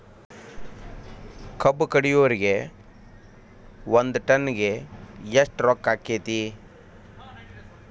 ಕಬ್ಬು ಕಡಿಯುವರಿಗೆ ಒಂದ್ ಟನ್ ಗೆ ಎಷ್ಟ್ ರೊಕ್ಕ ಆಕ್ಕೆತಿ?